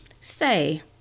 say